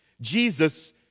Jesus